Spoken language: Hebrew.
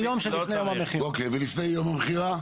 אוקיי, "ולפני יום המכירה"?